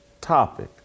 topic